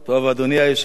טוב, אדוני היושב-ראש,